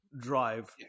drive